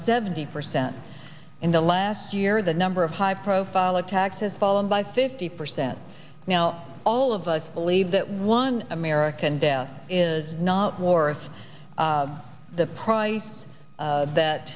seventy percent in the last year the number of high profile attacks has fallen by fifty percent now all of us believe that one american death is not worth the price that